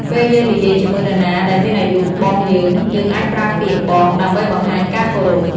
ពេលយើងនិយាយជាមួយនរណាដែលមានអាយុបងយើង យើងអាចប្រើពាក្យ "បង" ដើម្បីបង្ហាញការគោរព។